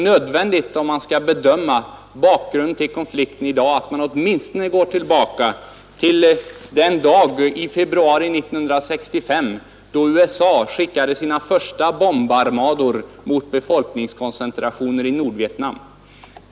Om man i dag skall bedöma bakgrunden till konflikten är det nödvändigt att åtminstone gå tillbaka till den dag i februari 1965 då USA skickade sina första bombarmador mot befolkningskoncentrationer i Nordvietnam.